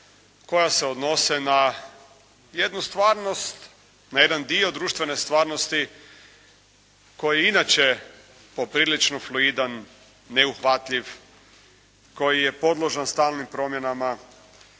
koja se odnose na jednu stvarnost, na jedan dio društvene stvarnosti koji je inače poprilično fluidan, neuhvatljiv, koji je podložan stalnim promjenama